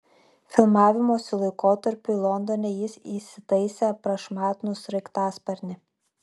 filmavimosi laikotarpiui londone jis įsitaisė prašmatnų sraigtasparnį